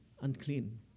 unclean